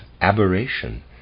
aberration